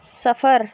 سفر